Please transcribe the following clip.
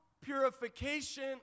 purification